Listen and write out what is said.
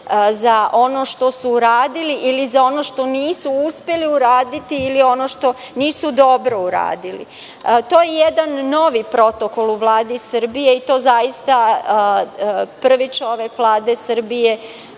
za ono što su uradili ili za ono što nisu uspeli uraditi ili ono što nisu dobro uradili. To je jedan novi protokol u Vladi Srbije i to zaista prvi čovek Vlade Srbije,